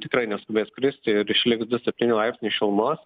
tikrai neskubės kristi ir išliks du septyni laipsniai šilumos